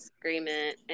agreement